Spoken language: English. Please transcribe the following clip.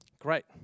Great